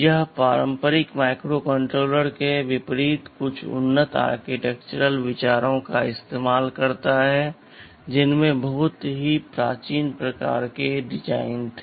यह पारंपरिक माइक्रोकंट्रोलर्स के विपरीत कुछ उन्नत आर्किटेक्चरल विचारों को इस्तेमाल करता है जिनमें बहुत प्राचीन प्रकार के डिजाइन थे